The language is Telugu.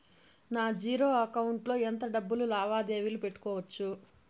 నా జీరో అకౌంట్ లో ఎంత డబ్బులు లావాదేవీలు పెట్టుకోవచ్చు?